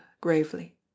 gravely